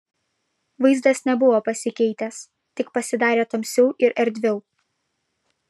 vaizdas nebuvo pasikeitęs tik pasidarė tamsiau ir erdviau